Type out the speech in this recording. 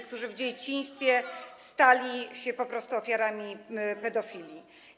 którzy w dzieciństwie stali się po prostu ofiarami pedofilii.